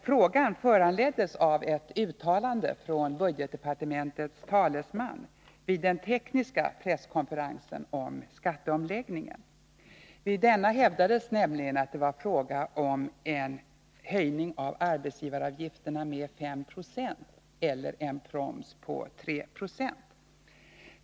Frågan föranleddes av ett uttalande från budgetdepartementets talesman vid den tekniska presskonferensen om skatteomläggningen. Vid denna hävdades det nämligen att det var fråga om en höjning av arbetsgivaravgifterna med 5 96 eller en proms på 3 26.